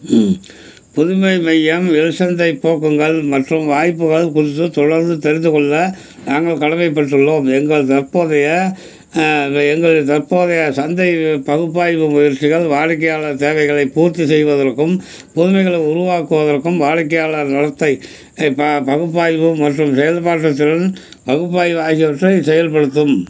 ம் புதுமை மையம் இல் சந்தை போக்குங்கள் மற்றும் வாய்ப்புகள் குறித்து தொடர்ந்து தெரிந்துக் கொள்ள நாங்கள் கடமைப்பட்டுள்ளோம் எங்கள் தற்போதைய இது எங்களின் தற்போதைய சந்தைப் பகுப்பாய்வு முயற்சிகள் வாடிக்கையாளர் தேவைகளை பூர்த்தி செய்வதற்கும் புதுமைகளை உருவாக்குவதற்கும் வாடிக்கையாளர் நடத்தை ப பகுப்பாய்வு மற்றும் செயல்பாட்டுத் திறன் பகுப்பாய்வு ஆகியவற்றை செயல்படுத்தும்